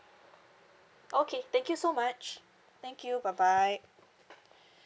okay thank you so much thank you bye bye